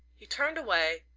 he turned away,